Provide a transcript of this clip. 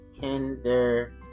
Kinder